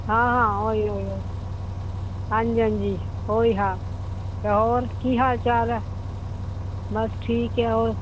ਹਾਂ ਹਾਂ ਉਹੀ ਉਹੀ ਉਹੀ ਹਾਂਜੀ ਓਈ ਹਾਂ ਹੋਰ ਕੀ ਹਾਲ ਚਾਲ ਹੈ ਬਸ ਠੀਕ ਹੈ